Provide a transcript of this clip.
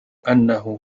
أنه